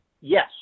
Yes